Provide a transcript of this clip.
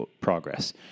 progress